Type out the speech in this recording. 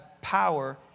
power